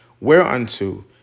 whereunto